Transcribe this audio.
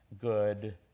good